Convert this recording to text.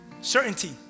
certainty